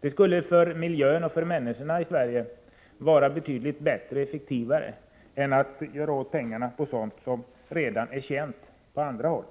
Med tanke på miljön och människorna i Sverige skulle detta vara betydligt bättre och effektivare än att lägga pengarna på sådant som redan är känt på andra håll.